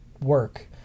work